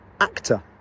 actor